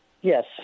yes